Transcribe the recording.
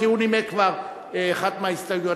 כי הוא נימק כבר אחת מההסתייגויות.